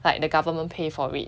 like the government pay for it